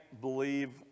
believe